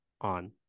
on